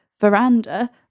veranda